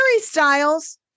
Styles